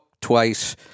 twice